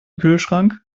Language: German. kühlschrank